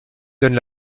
donne